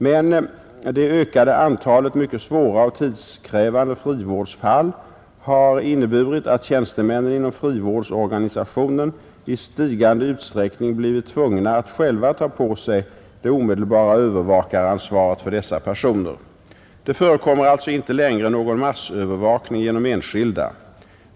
Men det ökade antalet mycket svåra och tidskrävande frivårdsfall har inneburit att tjänstemännen inom frivårdsorganisationen i stigande utsträckning blivit tvungna att själva ta på sig även det omedelbara övervakaransvaret för dessa personer. Det förekommer alltså inte längre någon massövervakning genom enskilda.